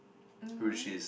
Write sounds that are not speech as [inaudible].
mmhmm [noise]